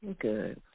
Good